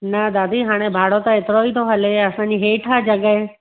न दादी हाणे भाड़ो त ऐतिरो ई थो हले असांजी हेठि आहे जॻहि